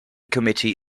committee